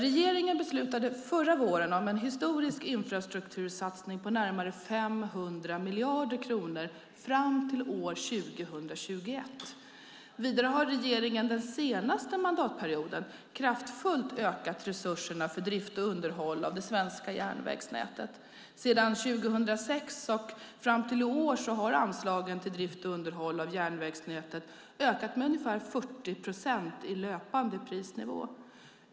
Regeringen beslutade förra våren om en historisk infrastruktursatsning på närmare 500 miljarder kronor fram till år 2021. Vidare har regeringen den senaste mandatperioden kraftfullt ökat resurserna för drift och underhåll av det svenska järnvägsnätet. Sedan 2006 och fram till i år har anslagen till drift och underhåll av järnvägsnätet ökat med ungefär 40 procent i löpande prisnivå.